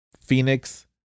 Phoenix